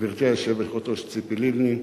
לגברתי היושבת-ראש ציפי לבני,